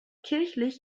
kirchlich